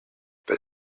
but